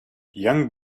young